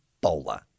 bowler